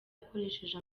akoresheje